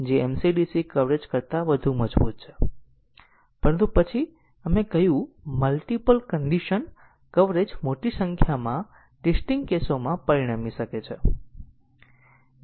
તેથી એક બાબત એ છે કે લૂપ ની હાજરીમાં પાથની સંખ્યા ઘણી મોટી બની શકે છે કારણ કે તે પ્રોગ્રામ માટે પ્રારંભ નોડથી અંત નોડ સુધી નોડની કોઈપણ સિકવન્સ છે જેની આપણે ચર્ચા કરી હતી